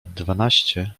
dwanaście